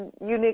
unique